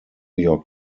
york